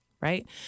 right